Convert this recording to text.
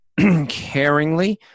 caringly